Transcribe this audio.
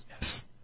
Yes